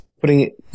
putting